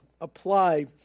apply